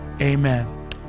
Amen